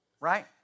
Right